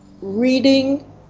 reading